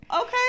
Okay